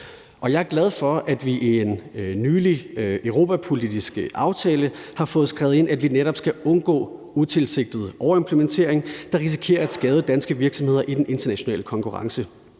også glad for, at vi i en nylig europapolitisk aftale har fået skrevet ind, at vi netop skal undgå en utilsigtet overimplementering, der risikerer at skade danske virksomheder i den internationale konkurrence,